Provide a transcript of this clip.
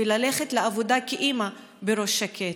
וללכת לעבודה כאימא בראש שקט?